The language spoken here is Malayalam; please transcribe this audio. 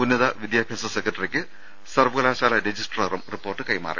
ഉന്നത വിദ്യാഭ്യാസ സെക്രട്ടറിക്ക് സർവകലാശാല രജിസ്ട്രാറും റിപ്പോർട്ട് കൈമാറി